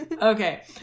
Okay